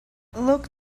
look